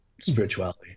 spirituality